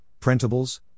printables